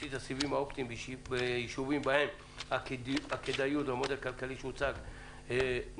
תשתית הסיבים האופטיים בישובים בהם הכדאיות והמודל הכלכלי שהוצג נמוכה,